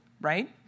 right